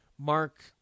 Mark